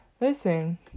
listen